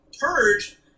purge